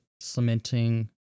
cementing